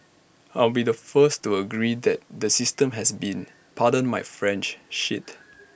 I'll be the first to agree that the system has been pardon my French shit